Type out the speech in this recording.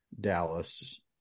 Dallas